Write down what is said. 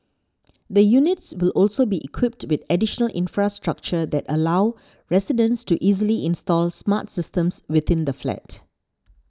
the units will also be equipped with additional infrastructure that allow residents to easily install smart systems within the flat